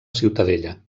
ciutadella